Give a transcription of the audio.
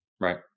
right